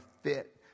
fit